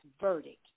verdict